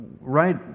right